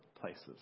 places